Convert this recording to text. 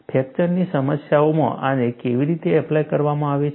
ફ્રેક્ચરની સમસ્યાઓમાં આને કેવી રીતે એપ્લાય કરવામાં આવે છે